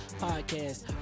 podcast